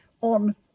on